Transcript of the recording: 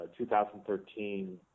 2013